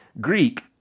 Greek